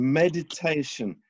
meditation